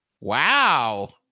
Wow